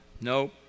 No